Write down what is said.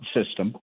system